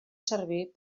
servir